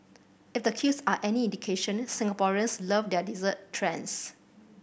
if the queues are any indication Singaporeans love their dessert trends